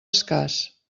escàs